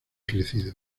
crecido